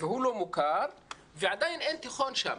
והוא לא מוכר ועדיין אין תיכון שם.